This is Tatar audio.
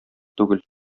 түгел